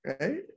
right